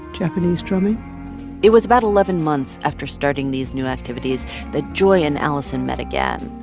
japanese drumming it was about eleven months after starting these new activities that joy and alison met again.